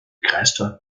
kreisstadt